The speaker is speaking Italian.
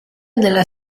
nella